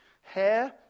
Hair